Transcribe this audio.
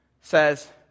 says